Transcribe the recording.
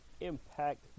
Impact